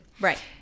right